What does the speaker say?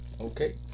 okay